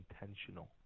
intentional